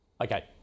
Okay